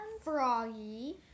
Froggy